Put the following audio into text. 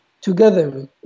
together